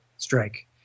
Strike